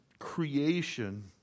creation